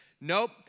nope